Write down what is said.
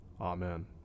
Amen